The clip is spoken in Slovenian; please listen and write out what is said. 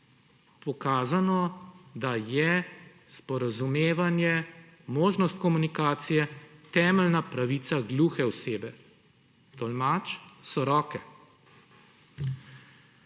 pokazano, da je sporazumevanje, možnost komunikacije temeljna pravica gluhe osebe. Tolmač so roke.